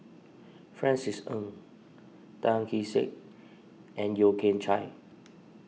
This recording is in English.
Francis Ng Tan Kee Sek and Yeo Kian Chye